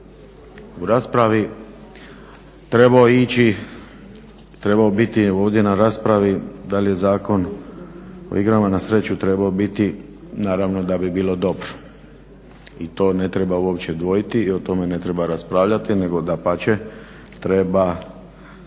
trebao ići, trebao biti ovdje na raspravi. Da li je Zakon o igrama na sreću trebao biti naravno da bi bilo dobro i to ne treba uopće dvojiti i o tome ne treba raspravljati, nego dapače treba